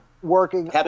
Working